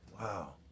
Wow